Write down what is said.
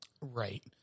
Right